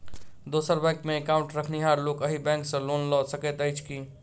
दोसर बैंकमे एकाउन्ट रखनिहार लोक अहि बैंक सँ लोन लऽ सकैत अछि की?